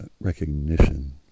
recognition